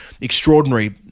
extraordinary